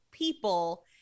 people